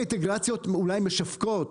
שהאינטגרציות אולי משווקות,